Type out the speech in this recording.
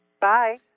Bye